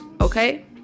okay